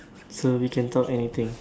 so we can talk anything